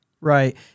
Right